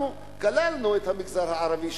אנחנו כללנו את המגזר הערבי,